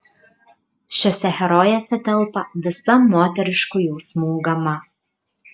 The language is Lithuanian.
šiose herojėse telpa visa moteriškų jausmų gama